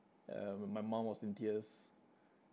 um my mum was in tears